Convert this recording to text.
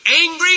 angry